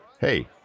hey